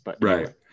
Right